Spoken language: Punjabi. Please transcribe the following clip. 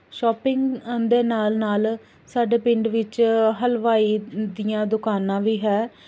ਸ਼ੋਪਿੰਗ ਦੇ ਨਾਲ ਨਾਲ ਸਾਡੇ ਪਿੰਡ ਵਿੱਚ ਹਲਵਾਈ ਦੀਆਂ ਦੁਕਾਨਾਂ ਵੀ ਹੈ